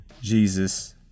Jesus